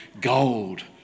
gold